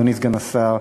אדוני סגן השר,